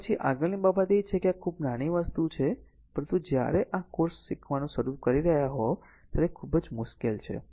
તો પછી આગળની બાબત એ છે કે આ ખૂબ નાની વસ્તુ છે પરંતુ જ્યારે આ કોર્સ શીખવાનું શરૂ કરી રહ્યા હોય ત્યારે ખૂબ જ મુશ્કેલ છે